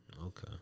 Okay